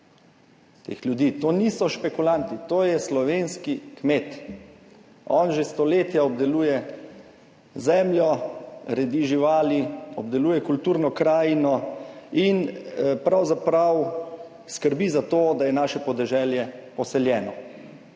To niso špekulanti, to je slovenski kmet. On že stoletja obdeluje zemljo, redi živali, obdeluje kulturno krajino in pravzaprav skrbi za to, da je naše podeželje poseljeno.